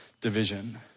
division